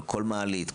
כל מעלית,